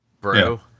bro